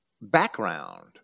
background